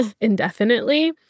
indefinitely